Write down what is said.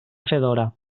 fedora